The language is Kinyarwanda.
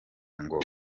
ngo